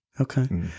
Okay